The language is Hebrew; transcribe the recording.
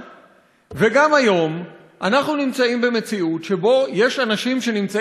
וגם היום אנחנו במציאות שבה יש אנשים שנמצאים תחת כיבוש.